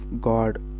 God